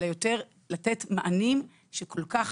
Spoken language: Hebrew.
אלא יותר לתת מענים שכל כך